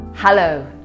Hello